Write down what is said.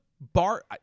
bar